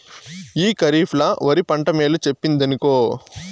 ఈ కరీఫ్ ల ఒరి పంట మేలు చెప్పిందినుకో